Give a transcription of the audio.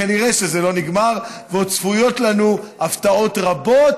כנראה זה לא נגמר, ועוד צפויות לנו הפתעות רבות